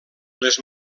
les